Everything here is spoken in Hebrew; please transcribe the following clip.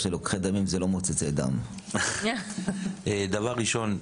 דבר ראשון,